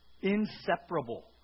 inseparable